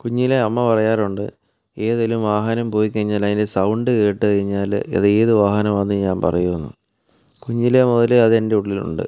കുഞ്ഞിലേ അമ്മ പറയാറുണ്ട് ഏതെങ്കിലും വാഹനം പോയി കഴിഞ്ഞാൽ അതിൻ്റെ സൗണ്ട് കേട്ട് കഴിഞ്ഞാൽ അത് ഏത് വാഹനമാണെന്ന് ഞാൻ പറയുമെന്ന് കുഞ്ഞിലേ മുതലേ അതെൻ്റെ ഉള്ളിലുണ്ട്